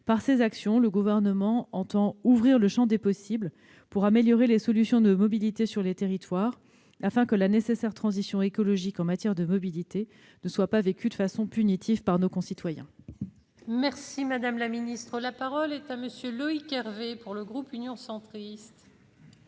Par ces actions, le Gouvernement entend ouvrir le champ des possibles pour améliorer les solutions de mobilité sur les territoires, afin que la nécessaire transition écologique en matière de mobilité ne soit pas vécue de façon punitive par nos concitoyens. La parole est à M. Loïc Hervé. Tout en saluant le